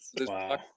Wow